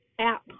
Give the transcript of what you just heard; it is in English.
app